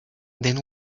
then